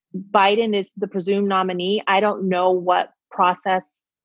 biden is the presumed nominee. i don't know what process.